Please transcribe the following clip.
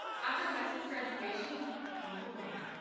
after high school graduation, we were glowing.